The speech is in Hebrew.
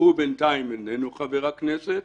הוא בינתיים איננו חבר הכנסת,